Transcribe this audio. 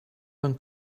een